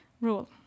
rule